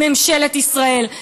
ממשלת ישראל.